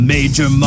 Major